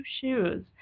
shoes